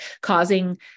causing